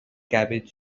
cabbage